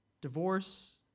divorce